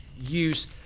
use